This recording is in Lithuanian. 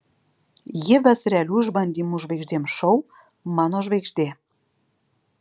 ji ves realių išbandymų žvaigždėms šou mano žvaigždė